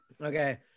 okay